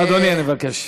אדוני, אני מבקש.